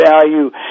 value